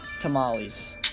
tamales